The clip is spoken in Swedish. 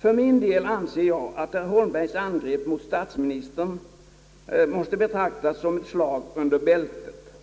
För min del anser jag att herr Holmbergs angrepp mot statsministern måste betraktas som ett slag under bältet.